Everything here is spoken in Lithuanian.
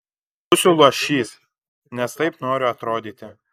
būsiu luošys nes taip noriu atrodyti